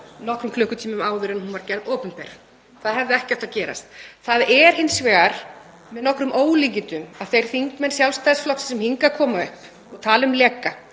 nokkrum klukkutímum áður en hún var gerð opinber. Það hefði ekki átt að gerast. Það er hins vegar með nokkrum ólíkindum að þeir þingmenn Sjálfstæðisflokksins sem hingað koma upp og tala um leka,